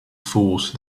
force